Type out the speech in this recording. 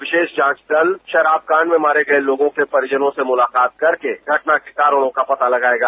विशेष जांच दल शराब कांड में मारे गये लोगों के परिजनों से मुलाकात करके घटना के कारणों का पता लगायेगा